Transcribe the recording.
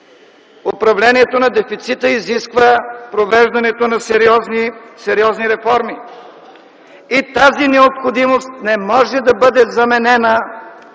Управлението на дефицита изисква провеждането на сериозни реформи. И тази необходимост не може да бъде заменена